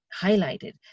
highlighted